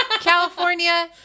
California